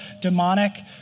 demonic